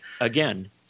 again